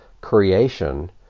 creation